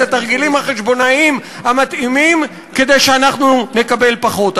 התרגילים החשבונאיים המתאימים כדי שאנחנו נקבל פחות.